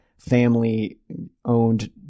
family-owned